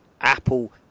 Apple